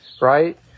right